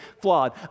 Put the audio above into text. flawed